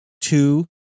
two